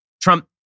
Trump